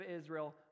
Israel